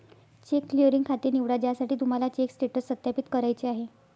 check clearing खाते निवडा ज्यासाठी तुम्हाला चेक स्टेटस सत्यापित करायचे आहे